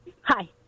Hi